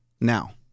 now